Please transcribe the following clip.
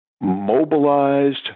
mobilized